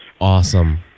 Awesome